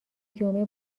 جمعه